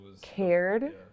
cared